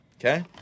Okay